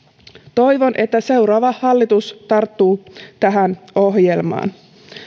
toivon että seuraava hallitus tarttuu tähän ohjelmaan